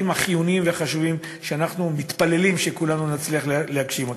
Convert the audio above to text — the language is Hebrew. החיוניים והחשובים שאנחנו מתפללים כולנו שנצליח להגשים אותם.